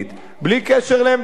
בלי קשר לעמדתי.